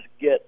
get